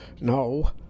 No